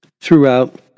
throughout